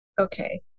Okay